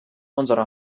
unserer